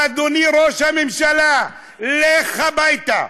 אדוני ראש הממשלה, לך הביתה.